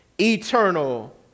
eternal